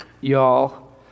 y'all